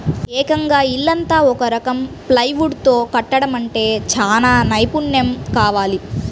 ఏకంగా ఇల్లంతా ఒక రకం ప్లైవుడ్ తో కట్టడమంటే చానా నైపున్నెం కావాలి